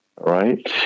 right